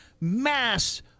mass